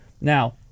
Now